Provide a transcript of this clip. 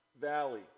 Valley